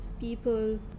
people